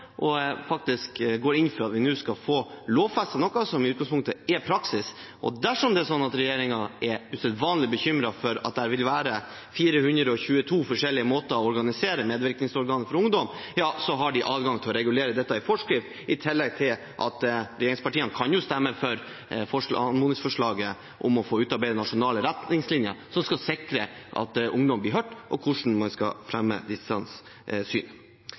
og faktisk går inn for at vi nå skal få lovfestet noe som i utgangspunktet er praksis. Og dersom det er sånn at regjeringen er usedvanlig bekymret for at det vil være 422 forskjellige måter å organisere medvirkningsorgan for ungdom på, har de adgang til å regulere dette i forskrift. I tillegg kan regjeringspartiene stemme for anmodningsforslaget om å få utarbeidet nasjonale retningslinjer som skal sikre at ungdom blir hørt, og hvordan man skal fremme disses syn.